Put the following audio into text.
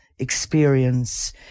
experience